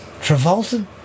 Travolta